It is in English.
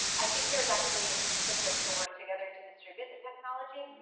i think there's actually an impetus to work together to distribute the technology.